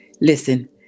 listen